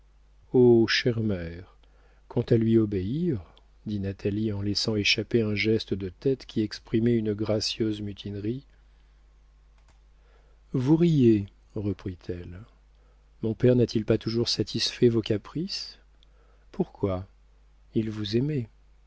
chère mère quant à lui obéir dit natalie en laissant échapper un geste de tête qui exprimait une gracieuse mutinerie vous riez reprit-elle mon père n'a-t-il pas toujours satisfait vos caprices pourquoi il vous aimait